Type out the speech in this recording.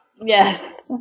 Yes